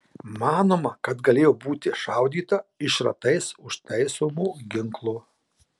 manoma kad galėjo būti šaudyta iš šratais užtaisomo ginklo